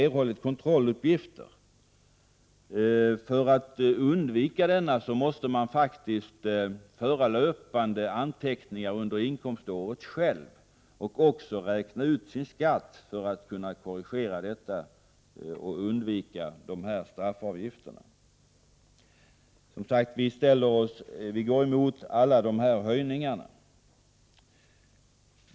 1988/89:45 undvika avgiften måste man alltså löpande under inkomståret föra egna 14 december 1988 anteckningar och räkna ut sin skatt. en SEN Folkpartiet går emot alla dessa höjningar.